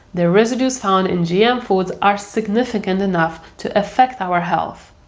the residues found in gm foods are significant enough to affect our health.